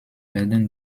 werden